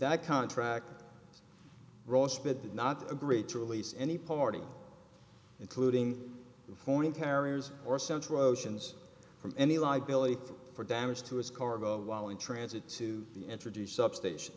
that contract roasted not agreed to release any party including foreign carriers or central oceans from any liability for damage to its cargo while in transit to introduce substation